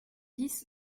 dix